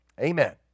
Amen